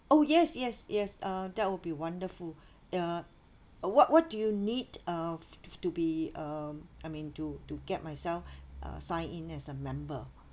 oh yes yes yes uh that will be wonderful uh what what do you need uh to be um I mean to to get myself uh sign in as a member